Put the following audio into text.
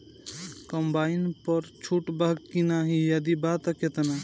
Combine पर छूट बा की नाहीं यदि बा त केतना?